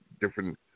different